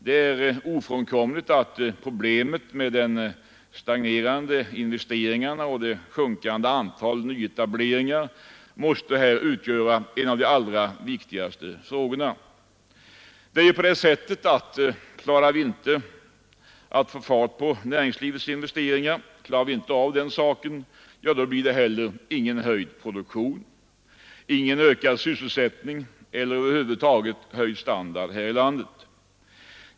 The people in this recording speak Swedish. Det är ofrånkomligt att problemet med de stagnerande investeringarna och det sjunkande antalet nyetableringar måste utgöra en av de viktigaste frågorna. Klarar vi inte av att få fart på näringslivets investeringar, blir det heller ingen höjd produktion, ingen ökad sysselsättning eller över huvud taget höjd standard här i landet.